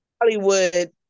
Hollywood